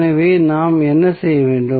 எனவே நாம் என்ன செய்ய வேண்டும்